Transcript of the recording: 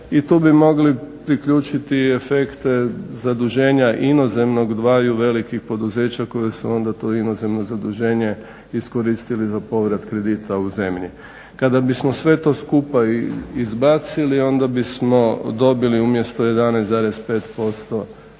i tu bi mogli priključiti efekt zaduženja inozemnog, dvaju velikih poduzeća koje su onda to inozemno zaduženje iskoristile za povrat kredita u zemlji. Kada bi smo sve to skupa izbacili onda bi smo dobili umjesto 11,5%